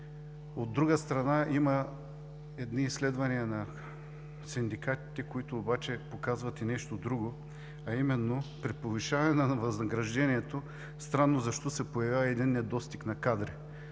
От друга страна, има едни изследвания на синдикатите, които показват нещо друго, а именно – при повишаване на възнаграждението, странно защо, се появява един недостиг на кадри?